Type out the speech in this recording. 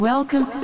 Welcome